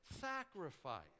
sacrifice